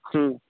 हं